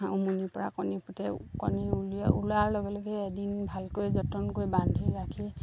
হাঁহ উমনিৰপৰা কণী ফুটে কণী উলিয়াই ওলোৱাৰ লগে লগে এদিন ভালকৈ যতন কৰি বান্ধি ৰাখি